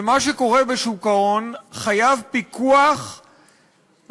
ומה שקורה בשוק ההון חייב פיקוח רציני,